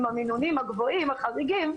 עם המינונים הגבוהים והחריגים,